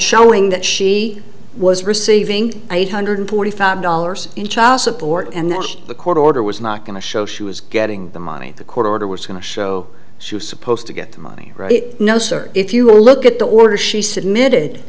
showing that she was receiving eight hundred forty five dollars in child support and the court order was not going to show she was getting the money the court order was going to show she was supposed to get the money no sir if you look at the order she submitted